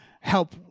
help